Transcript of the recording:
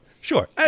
sure